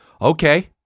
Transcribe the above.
Okay